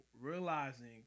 realizing